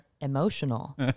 Emotional